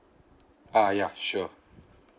uh ya sure